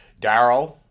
Daryl